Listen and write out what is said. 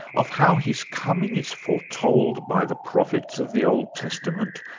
of how his coming is foretold by the profits of the old testament,